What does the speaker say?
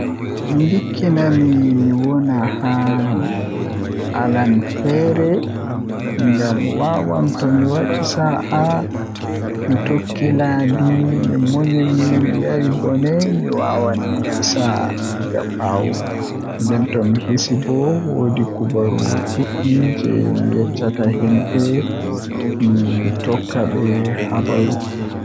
Ndikkinami mi wona haa ailan feere am ngam wawan tomi wadi sa'a mi tokki laabiiji mi munyi mi yari bone mi wawan mi hisa egaa bawo nden tomi hisi bo woodi kubaruuji duddi jei mi yeccata mi hokka be habaru.